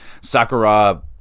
Sakura